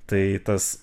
tai tas